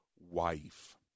wife